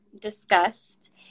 discussed